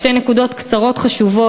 שתי נקודות חשובות